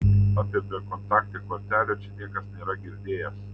apie bekontaktę kortelę čia niekas nėra girdėjęs